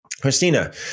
Christina